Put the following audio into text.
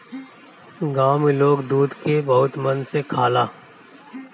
गाँव में लोग दूध के बहुते मन से खाला